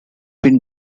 been